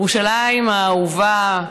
ירושלים האהובה,